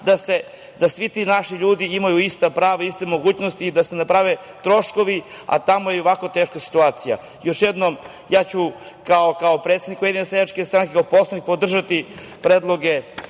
da svi ti naši ljudi imaju ista prava i iste mogućnosti i da se ne prave troškovi, a tamo je ionako teška situacija. Još jednom, ja ću kao predsednik Ujedinjene seljačke stranke i kao poslanik podržati predloge